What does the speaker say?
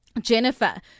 jennifer